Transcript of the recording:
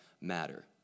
matter